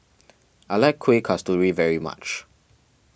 I like Kuih Kasturi very much